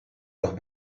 los